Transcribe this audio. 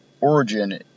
origin